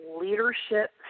leadership